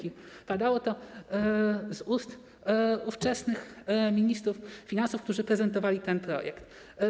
I padało to z ust ówczesnych ministrów finansów, którzy prezentowali ten projekt.